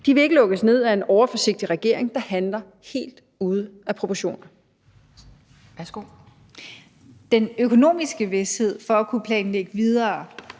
De vil ikke lukkes ned af en overforsigtig regering, der handler helt ude af proportioner. Kl. 17:57 Anden næstformand (Pia